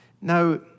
Now